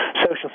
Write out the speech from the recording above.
social